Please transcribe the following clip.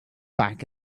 back